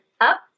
up